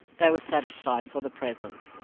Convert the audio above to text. they were satisfied for the present.